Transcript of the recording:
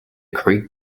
creek